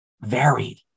varied